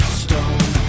stone